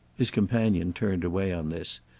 his companion turned away on this,